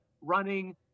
running